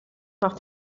nach